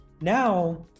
Now